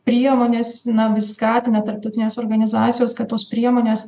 priemonės na vis skatina tarptautinės organizacijos kad tos priemonės